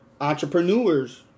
entrepreneurs